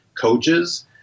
coaches